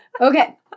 Okay